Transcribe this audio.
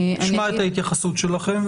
נשמע את ההתייחסות שלכם.